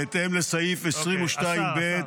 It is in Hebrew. -- בהתאם לסעיף 22(ב):